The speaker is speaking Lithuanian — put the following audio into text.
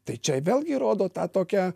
tai čia vėlgi rodo tą tokią